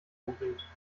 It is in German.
umbringt